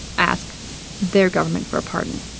ask their government for a pardon.